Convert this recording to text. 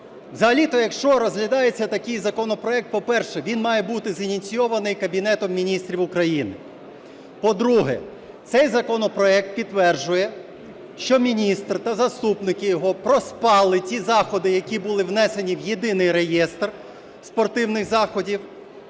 Взагалі-то, якщо розглядається такий законопроект, по-перше, він має бути з ініційований Кабінетом Міністрів України. По-друге. Цей законопроект підтверджує, що міністр та заступники його проспали ті заходи, які були внесені в єдиний реєстр спортивних заходів,